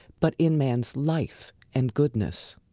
but in man's life and goodness.